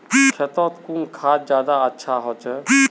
खेतोत कुन खाद ज्यादा अच्छा होचे?